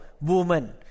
woman